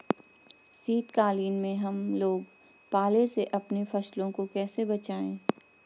शीतकालीन में हम लोग पाले से अपनी फसलों को कैसे बचाएं?